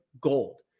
Gold